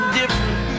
different